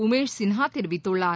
உமேஷ் சின்ஹா தெரிவித்துள்ளார்